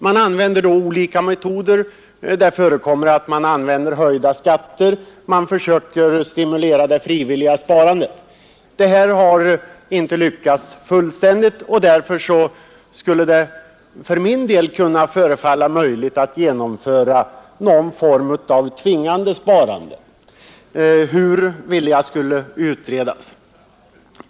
Man använder då olika metoder; det förekommer att man använder höjda skatter eller att man försöker stimulera det frivilliga sparandet. Det har inte lyckats fullständigt, och därför skulle det enligt min mening kunna vara möjligt att genomföra en form av tvångssparande, Hur detta skulle ske vill jag skall utredas.